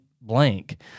blank